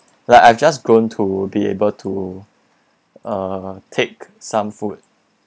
like I've just grown to be able to uh take some food